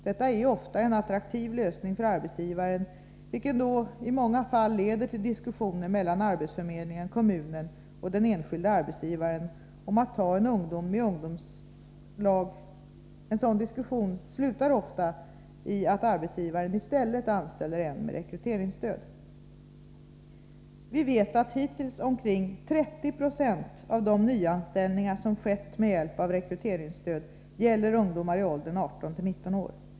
Detta är ofta en attraktiv lösning för arbetsgivaren, vilket i många fall leder till att diskussioner mellan arbetsförmedlingen, kommunen och den enskilde arbetsgivaren om att placera ungdomar i ungdomslag slutar med att arbetsgivaren i stället anställer med rekryteringsstöd. Vi vet att hittills omkring 30 26 av de nyanställningar som skett med hjälp av rekryteringsstöd gäller ungdomar i åldern 18-19 år.